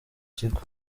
kigo